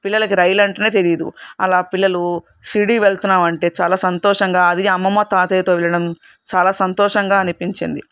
పిల్లలకి రైలు అంటనే తెలీదు అలా పిల్లలు షిరిడి వెళ్తున్నాం అంటే చాలా సంతోషంగా అది అమ్మమ్మ తాతయ్యతో వెళ్లడం చాలా సంతోషంగా అనిపించింది